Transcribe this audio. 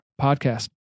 podcast